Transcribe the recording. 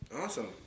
awesome